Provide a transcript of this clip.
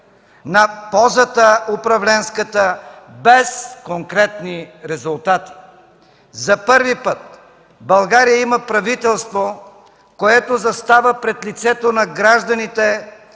на управленската поза без конкретни резултати. За първи път България има правителство, което застава пред лицето на гражданите